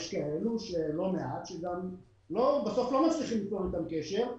יש לא מעטים שבסוף לא מצליחים ליצור איתם קשר,